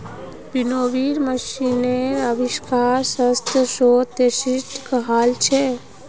winnowing मशीनेर आविष्कार सत्रह सौ सैंतीसत हल छिले